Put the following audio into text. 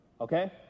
okay